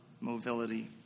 mobility